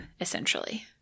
essentially